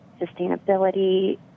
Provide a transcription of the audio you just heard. sustainability